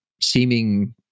seeming